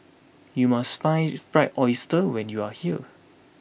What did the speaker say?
you must try Fried Oyster when you are here